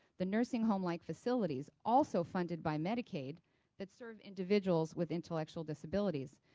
the nursing home-like facilities also funded by medicaid that serve individuals with intellectual disabilities.